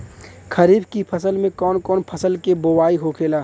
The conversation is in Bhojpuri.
खरीफ की फसल में कौन कौन फसल के बोवाई होखेला?